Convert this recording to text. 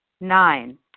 Nine